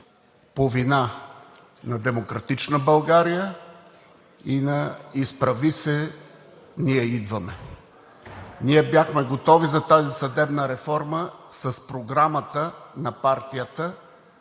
по вина на „Демократична България“ и на „Изправи се БГ! Ние идваме!“ Ние бяхме готови за тази съдебна реформа с програмата на партията,